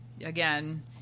again